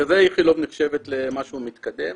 בגלל זה איכילוב נחשב למשהו מתקדם,